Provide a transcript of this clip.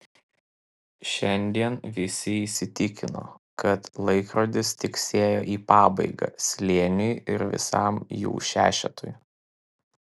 šiandien visi įsitikino kad laikrodis tiksėjo į pabaigą slėniui ir visam jų šešetui